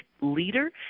leader